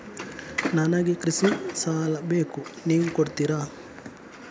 ನನಗೆ ಕೃಷಿ ಸಾಲ ಬೇಕು ನೀವು ಕೊಡ್ತೀರಾ?